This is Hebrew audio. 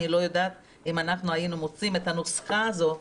אני לא יודעת אם היינו מוצאים את הנוסחה הזו,